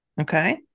okay